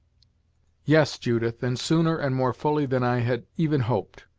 yes, judith, and sooner and more fully than i had even hoped.